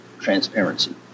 transparency